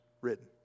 written